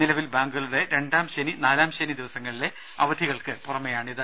നിലവിൽ ബാങ്കുകളുടെ രണ്ടാം ശനി നാലാം ശനി ദിവസങ്ങളിലെ അവധികൾക്ക് പുറമേയാണിത്